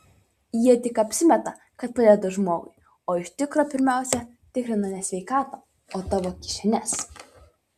jie tik apsimeta kad padeda žmogui o iš tikro pirmiausia tikrina ne sveikatą o tavo kišenes